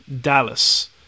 Dallas